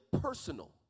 personal